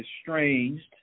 estranged